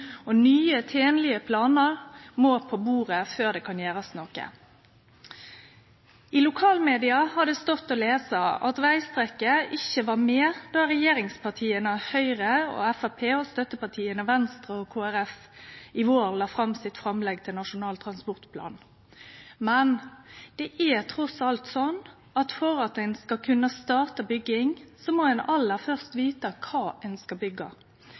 planar. Nye, tenlege planar må på bordet før det kan gjerast noko. I lokalmedia har det stått å lese at vegstrekket ikkje var med då regjeringspartia Høgre og Framstegspartiet og støttepartia Venstre og Kristeleg Folkeparti i vår la fram sitt framlegg til Nasjonal transportplan, men det er trass alt slik at for at ein skal kunne starte bygging, må ein aller først vite kva ein skal